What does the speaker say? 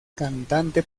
cantante